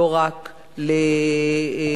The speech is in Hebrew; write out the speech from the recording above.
לא רק לעידוד